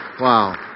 Wow